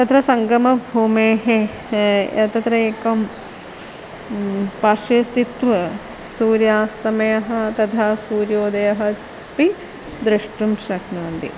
तत्र सङ्गमभूमेः तत्र एकं पार्श्वे स्थित्वा सूर्यास्तमः तथा सूर्योदयः अपि द्रष्टुं शक्नुवन्ति